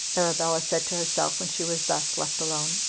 arabella said to herself when she was thus left alone.